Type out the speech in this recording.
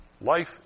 Life